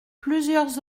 plusieurs